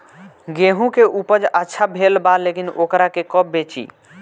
गेहूं के उपज अच्छा भेल बा लेकिन वोकरा के कब बेची?